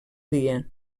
dia